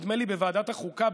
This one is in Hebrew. נדמה לי בוועדת החוקה,